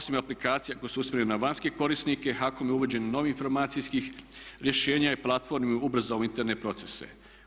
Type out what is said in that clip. Osim aplikacija koje su usmjerene na vanjske korisnike HAKOM je uvođenjem novih informacijskih rješenja i platformi ubrzao interne procese.